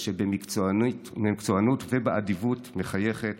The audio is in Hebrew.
על שבמקצוענות ובאדיבות מחייכת